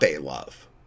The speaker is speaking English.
love